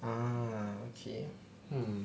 ah okay hmm